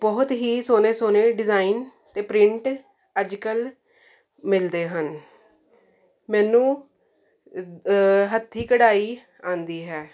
ਬਹੁਤ ਹੀ ਸੋਹਣੇ ਸੋਹਣੇ ਡਿਜ਼ਾਇਨ ਅਤੇ ਪ੍ਰਿੰਟ ਅੱਜ ਕੱਲ੍ਹ ਮਿਲਦੇ ਹਨ ਮੈਨੂੰ ਹੱਥੀਂ ਕਢਾਈ ਆਉਂਦੀ ਹੈ